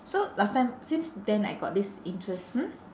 so last time since then I got this interest hmm